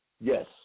yes